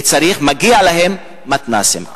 מגיע להם מתנ"סים,